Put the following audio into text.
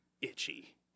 itchy